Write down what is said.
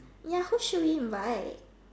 ya who should we invite